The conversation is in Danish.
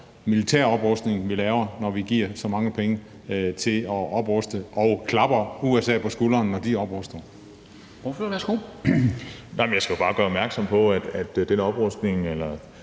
militær oprustning, vi laver, når vi giver så mange penge til at opruste og klapper USA på skulderen, når de opruster.